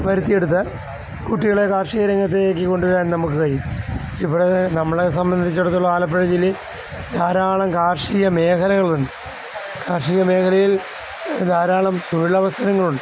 വരുത്തിയെടുത്താൽ കുട്ടികളെ കാർഷിക രംഗത്തേക്ക് കൊണ്ടുവരാൻ നമുക്ക് കഴിയും ഇവിടെ നമ്മളെ സംബന്ധിച്ചിടത്തോളം ആലപ്പുഴ ജില്ലയിൽ ധാരാളം കാർഷിക മേഖലകളുണ്ട് കാർഷിക മേഖലയിൽ ധാരാളം തൊഴിലവസരങ്ങളുണ്ട്